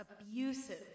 abusive